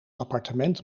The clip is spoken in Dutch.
appartement